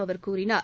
அவர் கூறினார்